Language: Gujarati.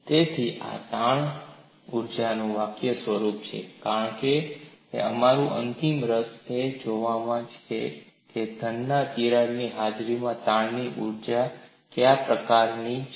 તેથી આ તાણ ઊર્જાના વાકયનું સ્વરૂપ છે કારણ કે અમારું અંતિમ રસ તે જોવાનું છે ઘનમા તિરાડની હાજરીમાં તાણની ઊર્જા કયા પ્રકારની છે